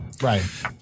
Right